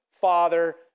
Father